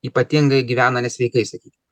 ypatingai gyvena nesveikai sakykim